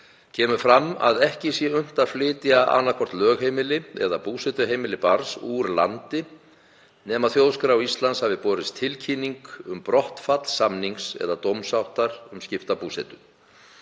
m.a. fram að ekki sé unnt að flytja annaðhvort lögheimili eða búsetuheimili barns úr landi nema Þjóðskrá Íslands hafi borist tilkynning um brottfall samnings eða dómsáttar um skipta búsetu.